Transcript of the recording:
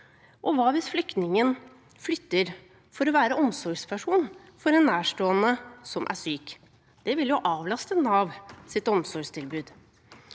Og hva hvis flyktningen flytter for å være omsorgsperson for en nærstående som er syk? Det ville jo avlaste Navs omsorgstilbud.